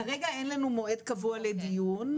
כרגע אין לנו מועד קבוע לדיון.